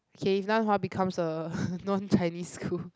okay if Nan Hua becomes a non Chinese school